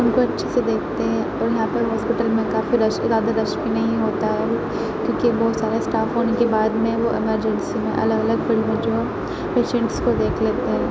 اُن کو اچھے سے دیکھتے ہیں اور یہاں پہ ہاسپٹل کافی رش اور زیادہ رش بھی نہیں ہوتا ہے کیونکہ بہت سارے اسٹاپ ہونے کے بعد میں وہ ایمرجنسی میں الگ الگ جو ہے پیشینٹس کو دیکھ لیتے ہیں